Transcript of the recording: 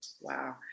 Wow